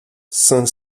cinq